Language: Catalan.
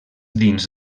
dins